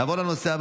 נעבור לנושא הבא